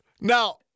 Now